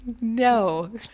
No